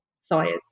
science